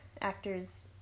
actors